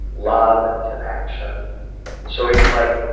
love, and connection so he's like,